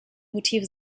motive